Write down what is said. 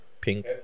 Pink